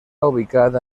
ubicada